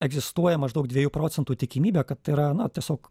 egzistuoja maždaug dviejų procentų tikimybė kad tai yra na tiesiog